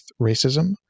racism